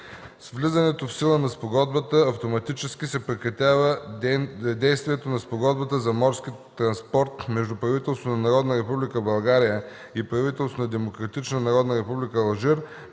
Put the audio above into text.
С влизането в сила на спогодбата автоматично се прекратява действието на Спогодбата за морски транспорт между правителството на Народна република България и правителството на Демократична народна република Алжир,